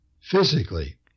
physically